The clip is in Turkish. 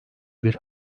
bir